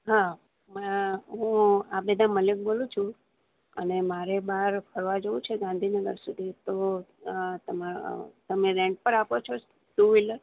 હા હું આબેદા મલિક બોલું છું અને મારે બહાર ફરવા જવું છે ગાંધીનગર સુધી તો તમાર તમે રેન્ટ પર આપો છો ટુ વ્હીલર